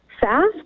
fast